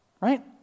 Right